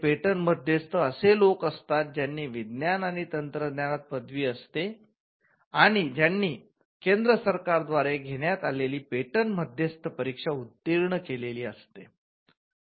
patent मध्यस्थ असे लोक असतात ज्यांची विज्ञान आणि तंत्रज्ञानात पदवी असते आणि ज्यांनी केंद्र सरकारद्वारे घेण्यात आलेली पेटंट मध्यस्थ परीक्षा उत्तिर्ण केलेली असते